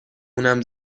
اونم